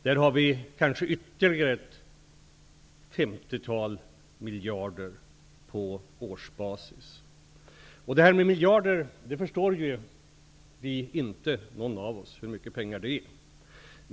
Där har vi ytterligare ett femtiotal miljarder på årsbasis. Inte någon av oss förstår hur mycket pengar dessa miljarder egentligen är.